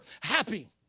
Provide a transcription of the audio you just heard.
happy